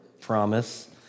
promise